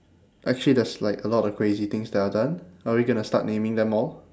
actually there's like a lot of crazy things that I've done are we gonna start naming them all